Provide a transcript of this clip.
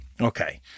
okay